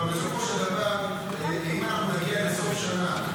אבל בסופו של דבר אם אנחנו נגיע לסוף שנה,